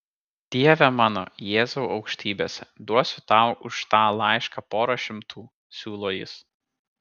dieve mano jėzau aukštybėse duosiu tau už tą laišką porą šimtų siūlo jis